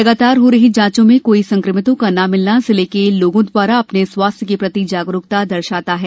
लगातार हो रही जाचों में कोई संक्रमितों का न मिलना जिले के लोगों दवारा अपने स्वास्थ्य के प्रति जागरूकता दर्शता है